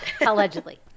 allegedly